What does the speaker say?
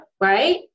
right